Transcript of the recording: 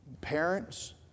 parents